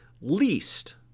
least